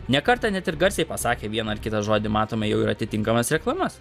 ne kartą net ir garsiai pasakę vieną ar kitą žodį matome jau ir atitinkamas reklamas